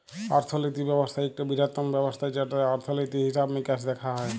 অর্থলিতি ব্যবস্থা ইকট বিরহত্তম ব্যবস্থা যেটতে অর্থলিতি, হিসাব মিকাস দ্যাখা হয়